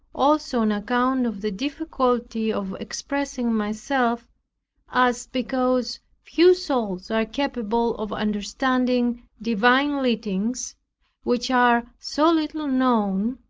also on account of the difficulty of expressing myself as because few souls are capable of understanding divine leadings which are so little known,